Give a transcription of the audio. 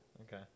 Okay